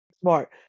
smart